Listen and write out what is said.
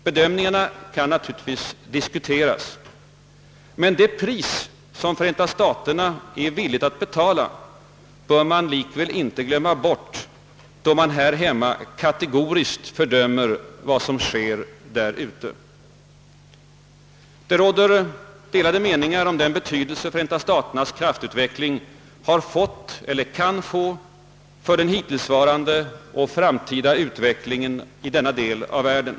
Bedömningen kan naturligtvis diskuteras, men det pris som man i Förenta staterna är villig att betala bör likväl inte glömmas, då man här hemma kategoriskt fördömer vad som händer därute. Det råder delade meningar om den betydelse Förenta staternas kraftutveckling har fått eller kan få för den hittillsvarande och framtida utvecklingen i denna del av världen.